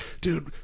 dude